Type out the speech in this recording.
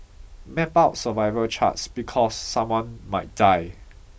map out survival charts because someone might die